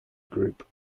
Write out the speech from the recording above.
group